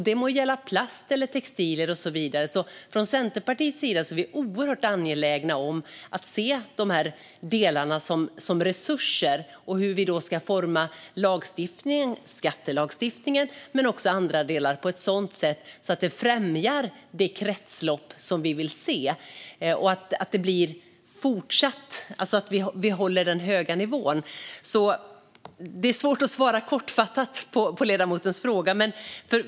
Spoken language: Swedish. Det må gälla plast eller textilier och vidare. Från Centerpartiets sida är vi oerhört angelägna om att se de delarna som resurser. Det handlar om hur vi ska forma lagstiftningen, skattelagstiftningen och också andra delar på ett sådant sätt att det främjar det kretslopp som vi vill se och att vi fortsatt håller den höga nivån. Det är svårt att svara kortfattat på ledamotens fråga.